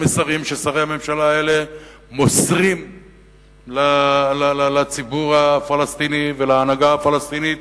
המסרים ששרי הממשלה האלה מוסרים לציבור הפלסטיני ולהנהגה הפלסטינית